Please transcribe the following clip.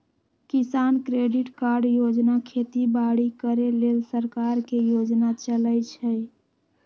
किसान credit card योजना खेती बाड़ी करे लेल सरकार के योजना चलै छै